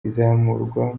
izamurwa